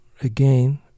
again